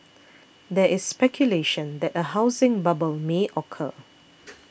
there is speculation that a housing bubble may occur